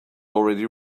already